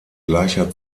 gleicher